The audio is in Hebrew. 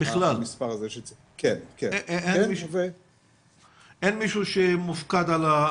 אני חושב שחלק מהאמירות פה,